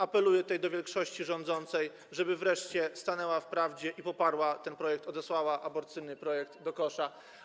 Apeluję tutaj do większości rządzącej, żeby wreszcie stanęła w prawdzie i poparła ten projekt, odesłała aborcyjny projekt do kosza.